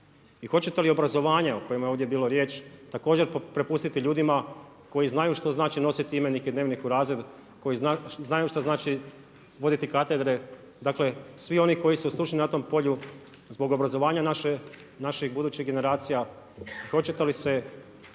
I hoćete li obrazovanje o kojemu je ovdje bilo riječ također prepustiti ljudima koji znaju što znači nositi imenik i dnevnik u razred, koji znaju što znači voditi katedre? Dakle svi oni koji su stručni na tom polju zbog obrazovanja naših budućih generacija, hoćete li se